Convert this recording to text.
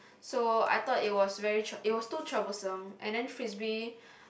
so I thought it was very it was too troublesome and then frisbee